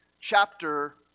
chapter